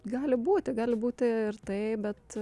gali būti gali būti ir taip bet